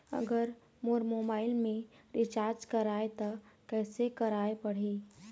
अगर मोर मोबाइल मे रिचार्ज कराए त कैसे कराए पड़ही?